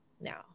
now